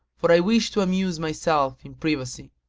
for i wish to amuse myself in privacy.